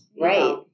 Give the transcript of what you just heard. Right